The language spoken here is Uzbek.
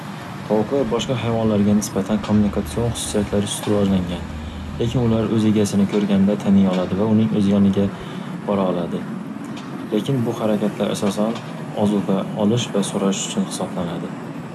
Tovuqlar boshqa hayvonlarga nisbatan kommunikatsion xususiyatlari sust rivojlangan, lekin ular o'z egasini ko'rganida taniya oladi va uning o'z yoniga bora oladi, lekin bu harakatlar asosan ozuqa olish va so'rash uchun hisoblanadi.